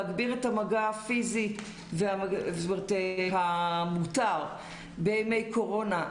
להגביר את המגע הפיזי המותר בימי קורונה,